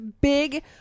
big